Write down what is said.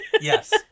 Yes